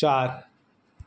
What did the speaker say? ચાર